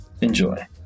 Enjoy